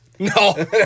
No